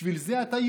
בשביל זה אתה,